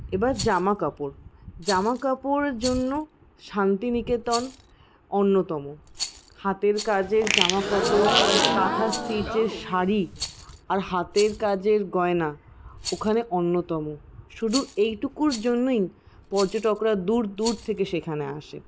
এবার জামাকাপড় জামাকাপড়রের জন্য শান্তিনিকেতন অন্যতম হাতের কাজের জামাকাপড় কাঁথা স্টিচের শাড়ি আর হাতের কাজের গয়না ওখানে অন্যতম শুধু এইটুকুর জন্যই পর্যটকরা দূর দূর থেকে সেখানে আসে